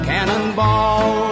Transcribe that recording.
Cannonball